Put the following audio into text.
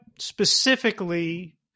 specifically